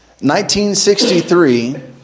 1963